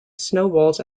snowballs